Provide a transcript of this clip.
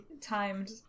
timed